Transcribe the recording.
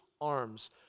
arms